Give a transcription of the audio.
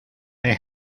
they